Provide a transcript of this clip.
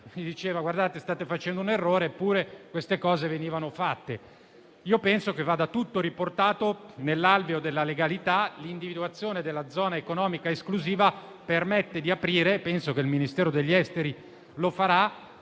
si stava commettendo un errore, eppure quelle cose venivano fatte. Penso che vada tutto riportato nell'alveo della legalità. L'individuazione della zona economica esclusiva permette di aprire - penso che il Ministero degli esteri lo farà